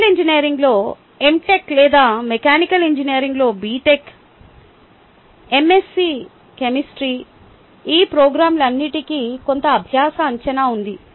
civil ఇంజనీరింగ్లో M tech లేదా mechanical ఇంజనీరింగ్లో బిటెక్ ఎంఎస్సి కెమిస్ట్రీ ఈ ప్రోగ్రామ్లన్నింటికీ కొంత అభ్యాస అంచనా ఉంది